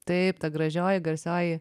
taip ta gražioji garsioji